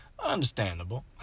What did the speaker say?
understandable